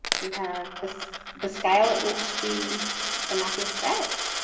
we have ah so the scale at which the the map is set